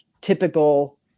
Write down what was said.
typical